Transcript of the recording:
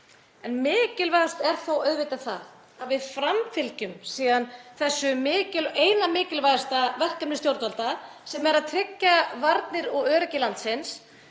en mikilvægast er þó auðvitað það að við framfylgjum síðan þessu eina mikilvægasta verkefni stjórnvalda sem er að tryggja varnir og öryggi landsins.